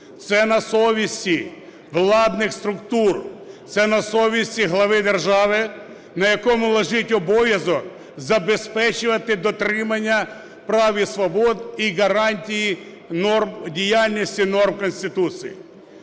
Це на совісті владних структур. Це на совісті глави держави, на якому лежить обов'язок забезпечувати дотримання прав і свобод і гарантій діяльності норм Конституції.